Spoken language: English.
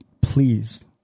please